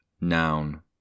noun